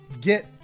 get